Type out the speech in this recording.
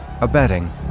Abetting